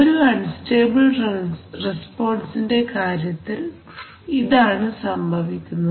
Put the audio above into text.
ഒരുഅൺസ്റ്റേബിൾ റെസ്പോൺസിന്റെ കാര്യത്തിൽ ഇതാണ് സംഭവിക്കുന്നത്